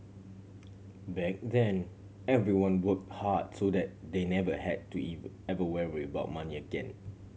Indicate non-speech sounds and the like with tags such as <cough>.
back then everyone work hard so that they never had to <unintelligible> ever worry about money again